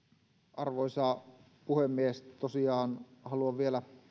arvoisa puhemies tosiaan haluan vielä tähdentää